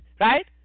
Right